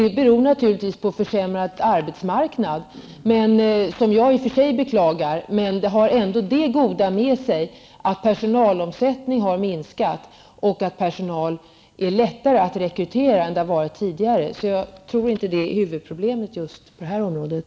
Det beror naturligtvis på en försämrad arbetsmarknad, vilket jag i och för sig beklagar. Men det har ändå det goda med sig att personalomsättningen minskat och att det är lättare än tidigare att rekrytera personal. Jag tror inte att det just är huvudproblemet på det här området.